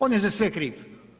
On je za sve kriv.